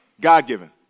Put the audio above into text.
God-given